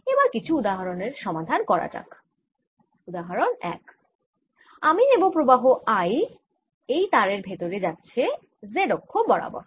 এবার কিছু উদাহরনের সমাধান করা যাক উদাহরণ 1 আমি নেব প্রবাহ I এই তারের ভেতরে যাচ্ছে z অক্ষ বরাবর